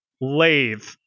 lathe